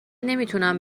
نمیتونم